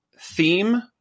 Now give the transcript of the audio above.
theme